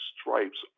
stripes